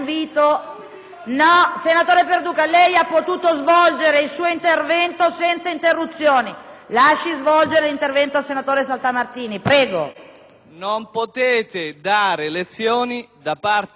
No, senatore Perduca, lei ha potuto svolgere il suo intervento senza interruzioni. Lasci svolgere l'intervento al senatore Saltamartini! SALTAMARTINI *(PdL)*. Non potete dare lezioni...